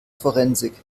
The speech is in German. forensik